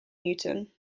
newton